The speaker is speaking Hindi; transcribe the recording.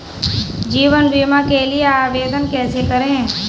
जीवन बीमा के लिए आवेदन कैसे करें?